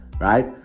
Right